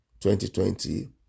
2020